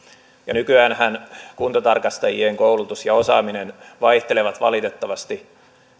nykyäänhän kuntotarkastajien koulutus ja osaaminen vaihtelevat valitettavasti